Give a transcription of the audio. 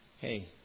Hey